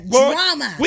drama